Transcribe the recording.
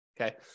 Okay